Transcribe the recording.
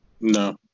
No